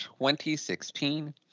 2016